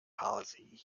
policy